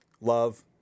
love